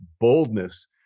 boldness